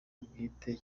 bwite